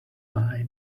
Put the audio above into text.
lie